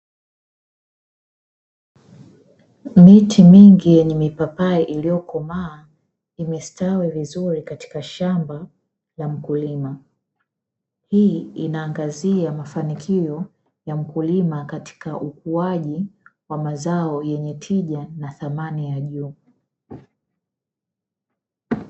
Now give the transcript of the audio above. Miti mingi yenye mipapai iliyokomaa imestawi vizuri katika shamba la mkulima, hii inaangazia mafanikio ya mkulima katika ukuaji wa mazao yenye tija na thamani ya juu.